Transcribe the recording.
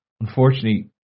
unfortunately